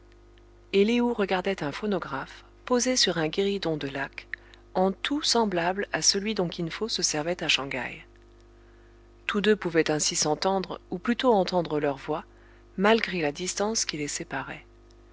et lé ou regardait un phonographe posé sur un guéridon de laque en tout semblable à celui dont kin fo se servait à shang haï tous deux pouvaient ainsi s'entendre ou plutôt entendre leurs voix malgré la distance qui les séparait